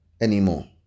anymore